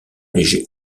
léger